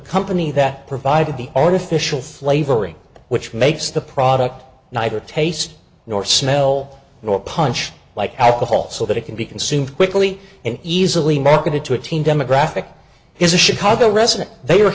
company that provided the artificial flavoring which makes the product neither taste nor smell nor punch like alcohol so that it can be consumed quickly and easily marketed to a teen demographic is a chicago resident they